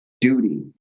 duty